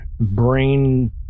brain